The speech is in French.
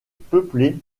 peuplé